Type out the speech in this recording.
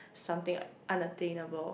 something unattainable